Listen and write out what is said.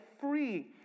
free